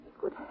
Good